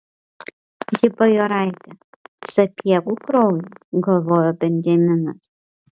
ji bajoraitė sapiegų kraujo galvojo benjaminas